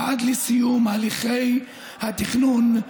ועד לסיום הליכי התכנון,